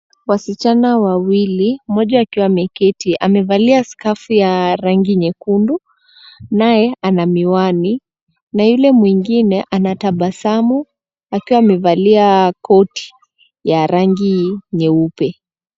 Wasichana wawili, mmoja akiwa ameketi amevalia skafu ya rangi nyekundu naye ana miwani na yule mwingine anatabasamu akiwa amevalia koti ya rangi nyeupe.